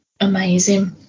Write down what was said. Amazing